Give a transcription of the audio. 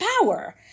power